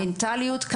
מנטליות,